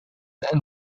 and